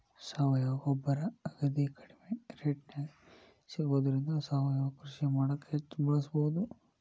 ಸಾವಯವ ಗೊಬ್ಬರ ಅಗದಿ ಕಡಿಮೆ ರೇಟ್ನ್ಯಾಗ ಸಿಗೋದ್ರಿಂದ ಸಾವಯವ ಕೃಷಿ ಮಾಡಾಕ ಹೆಚ್ಚ್ ಬಳಸಬಹುದು